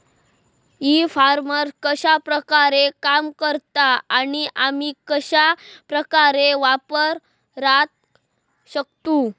E commerce कश्या प्रकारे काम करता आणि आमी कश्या प्रकारे वापराक शकतू?